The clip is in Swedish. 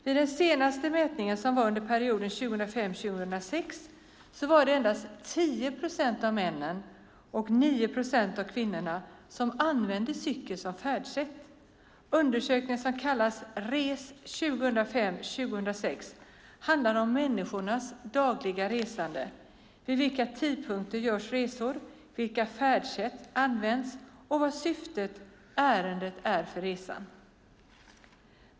Vid den senaste mätningen, som gjordes under perioden 2005-2006, var det endast 10 procent av männen och 9 procent av kvinnorna som använde cykeln som färdsätt. Undersökningen RES 2005-2006 handlar om människors dagliga resande, om vid vilka tidpunkter resor görs, vilka färdsätt som används och vad syftet eller ärendet för resan är.